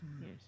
Yes